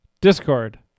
Discord